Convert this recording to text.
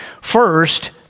First